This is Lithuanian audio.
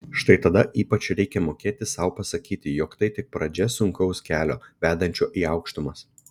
štai tada ypač reikia mokėti sau pasakyti jog tai tik pradžia sunkaus kelio vedančio į aukštumas